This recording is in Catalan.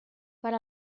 per